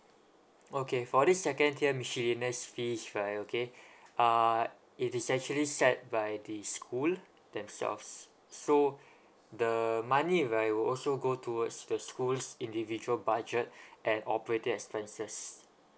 okay for this second tier miscellaneous fees right okay err it is actually set by the school themselves so the money it uh will also go towards the school's individual budget and operating expenses